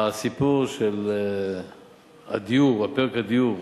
הסיפור של פרק הדיור